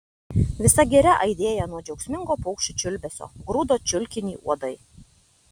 visa giria aidėjo nuo džiaugsmingo paukščių čiulbesio grūdo čiulkinį uodai